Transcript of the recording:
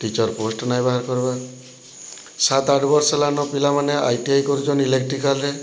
teacher post ନାଇଁ ବାହାର୍ କର୍ବା ସାତ୍ ଆଠ୍ ବର୍ଷ୍ ହେଲାନ ପିଲାମାନେ ଆଇ ଟି ଆଇ କରିଚନ୍ ଇଲେକ୍ଟ୍ରିକାଲ୍ରେ